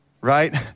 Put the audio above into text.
right